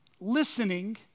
Listening